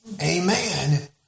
Amen